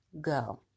go